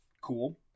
Cool